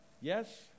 Yes